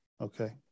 Okay